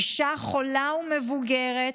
אישה חולה ומבוגרת,